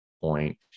point